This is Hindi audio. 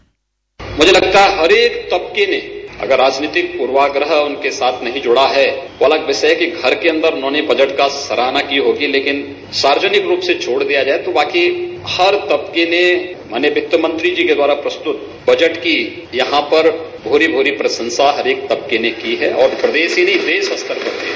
बाइट मुझे लगता है हर एक तबके में अगर राजनीतिक प्रवाग्रह उनके साथ नहीं जुड़ा है वह अलग विषय है कि घर के अन्दर उन्होंने बजट की सराहना की होगी लेकिन सार्वजनिक रूप से जोड़ दिया जाये तो वाकई हर तबके ने माननीय वित्त मंत्री जी के द्वारा प्रस्तुत बजट की यहां पर भूरि भूरि प्रशंसा हर एक तबके ने की है और प्रदेश ही नहीं देश स्तर पर हुई है